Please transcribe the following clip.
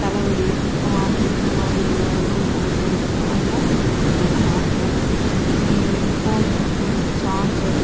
தலைவலி வாந்தி இந்தமாரி எதுவும் வரக்கூடாதுன்னால் வந்த போட்டுக்கிறதுக்காக மாத்திர ஃபோன் சார்ஜர்